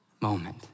moment